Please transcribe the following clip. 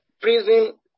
Prison